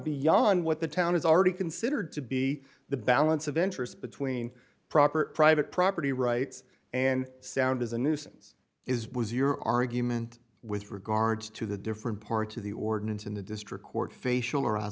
beyond what the town has already considered to be the balance of interest between proper private property rights and sound as a nuisance is was your argument with regards to the different parts of the ordinance in the district court facial